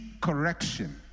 correction